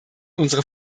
unsere